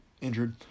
injured